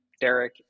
Derek